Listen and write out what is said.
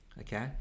okay